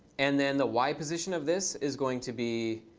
and then the y position of this is going to be,